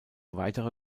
weitere